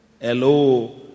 Hello